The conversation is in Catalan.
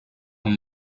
amb